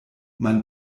mein